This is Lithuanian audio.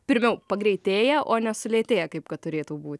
pirmiau pagreitėja o ne sulėtėja kaip kad turėtų būt